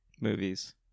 movies